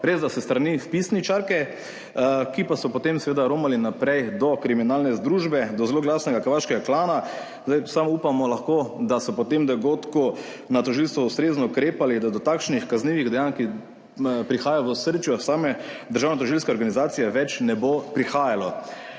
resda s strani vpisničarke, ki pa so potem seveda romali naprej do kriminalne združbe, do zloglasnega Kavaškega klana. Samo upamo lahko, da so po tem dogodku na tožilstvu ustrezno ukrepali, da do takšnih kaznivih dejanj, ki prihajajo v osrčju same državnotožilske organizacije, ne bo več prihajalo.